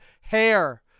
hair